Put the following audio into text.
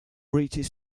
reaches